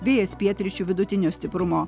vėjas pietryčių vidutinio stiprumo